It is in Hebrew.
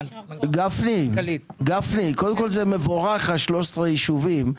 גפני, קודם כול, זה מוברך, 13 יישובים,